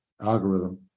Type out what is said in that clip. algorithm